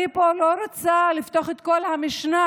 אני לא רוצה לפתוח פה את כל המשנה,